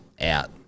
out